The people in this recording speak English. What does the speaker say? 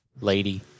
Lady